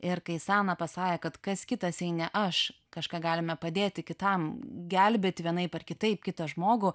ir kai sana pasakė kad kas kitas jei ne aš kažką galime padėti kitam gelbėti vienaip ar kitaip kitą žmogų